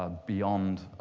ah beyond